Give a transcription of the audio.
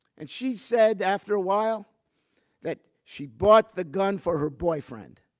and she said after a while that she bought the gun for her boyfriend,